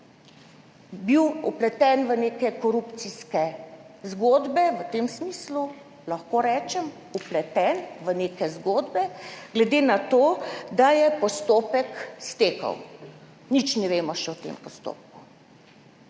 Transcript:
bil vpleten v neke korupcijske zgodbe v tem smislu, lahko rečem, vpleten v neke zgodbe glede na to, da je postopek stekel. Nič ne vemo še o tem postopku.